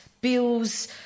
bills